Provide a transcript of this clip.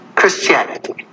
Christianity